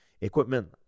equipment